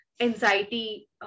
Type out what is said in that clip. anxiety